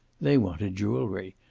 they wanted jewelry,